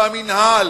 במינהל,